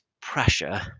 pressure